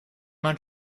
man